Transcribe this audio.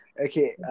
okay